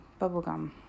Bubblegum